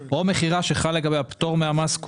מכירה שחל לגביה פטור מהמס,